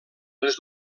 les